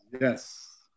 Yes